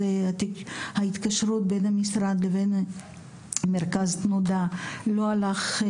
ההתקשרות בין המשרד לבין מרכז תנודה לא המשיך.